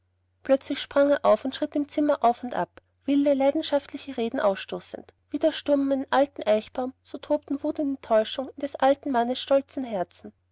plötzlich sprang er auf und schritt im zimmer auf und ab wilde leidenschaftliche reden ausstoßend wie der sturm um einen alten eichbaum so tobten wut und enttäuschung in des alten mannes stolzem herzen